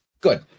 Good